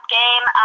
game